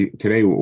today